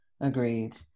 Agreed